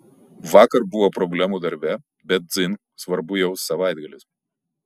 vakar buvo problemų darbe bet dzin svarbu jau savaitgalis